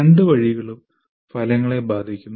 രണ്ട് വഴികളും ഫലങ്ങളെ ബാധിക്കുന്നു